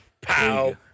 Pow